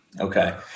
Okay